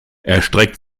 erstreckt